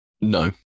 no